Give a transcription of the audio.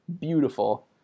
Beautiful